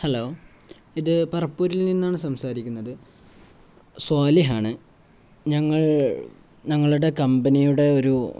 hello ഇത് പറപ്പൂരിൽ നിന്നാണു സംസാരിക്കുന്നത് സ്വാലിഹാണ് ഞങ്ങൾ ഞങ്ങളുടെ കമ്പനിയുടെ ഒരു